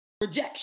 rejection